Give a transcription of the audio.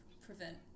prevent